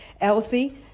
Elsie